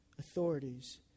Authorities